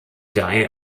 dai